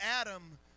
Adam